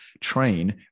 train